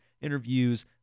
interviews